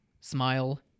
Smile